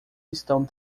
estão